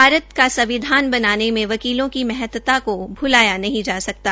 भारत का संविधान बनाने में वकीलों की महता को भुलाया जा सकता